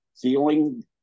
feeling